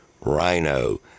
rhino